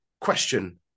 question